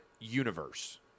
universe